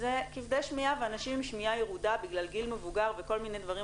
זה כבדי שמיעה ואנשים עם שמיעה ירודה בגלל גיל מבוגר וכל מיני דברים